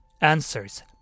Answers